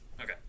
Okay